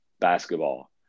basketball